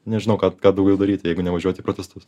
nežinau ką ką daugiau daryti jeigu nevažiuoti į protestus